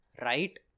Right